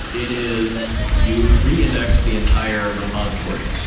it is you re-index the entire repository.